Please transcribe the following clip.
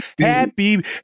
Happy